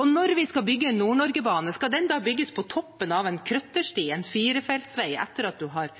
Og når vi skal bygge Nord-Norge-banen, skal den da bygges på toppen av en krøttersti – en firefelts vei, etter at man har